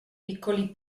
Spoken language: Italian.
piccoli